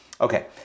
Okay